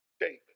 David